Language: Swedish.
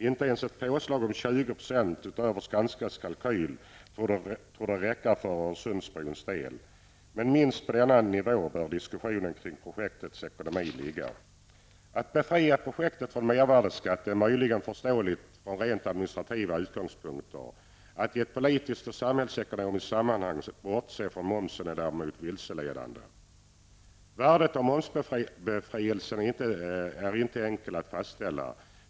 Inte ens ett påslag om 20 % utöver Skanskas kalkyl torde räcka för Öresundsbrons del, men minst på denna nivå bör diskussionen kring projektets ekonomi ligga. Att befria projektet från mervärdeskatt är möjligen förståeligt från rent administrativa utgångspunkter. Att i ett politiskt och samhällsekonomiskt sammanhang bortse från momsen är däremot vilseledande. Värdet av momsbefrielsen är inte enkelt att fastställa.